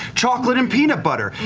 chocolate and peanut butter,